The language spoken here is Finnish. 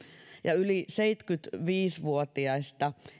ja yli seitsemänkymmentäviisi vuotiaista